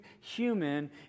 human